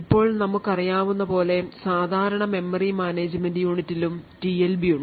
ഇപ്പോൾ നമുക്കറിയാവുന്നതുപോലെ സാധാരണ മെമ്മറി മാനേജുമെന്റ് യൂണിറ്റിലും TLB ഉണ്ട്